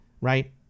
right